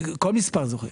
כל מספר זוכה.